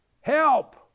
help